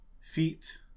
feet